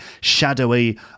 shadowy